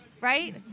Right